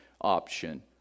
option